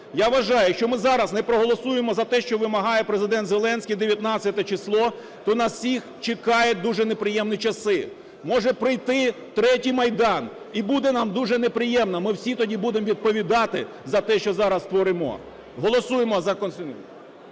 Я вважаю, якщо ми зараз не проголосуємо за те, що вимагає Президент Зеленський - 19 число, то нас всіх чекають дуже неприємні часи. Може прийти третій Майдан, і буде нам дуже неприємно. Ми всі тоді будемо відповідати за те, що зараз творимо. Голосуємо за...